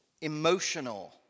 emotional